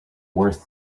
worth